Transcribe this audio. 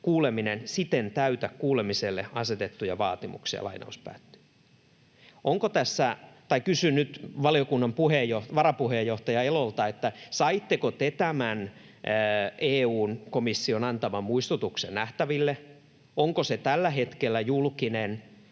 kuuleminen siten täytä kuulemiselle asetettuja vaatimuksia.” Kysyn nyt valiokunnan varapuheenjohtaja Elolta: Saitteko te tämän EU:n komission antaman muistutuksen nähtäväksenne? Onko se tällä hetkellä julkinen?